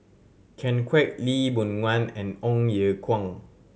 Ken Kwek Lee Boon Ngan and Ong Ye Kung